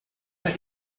der